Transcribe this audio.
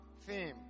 theme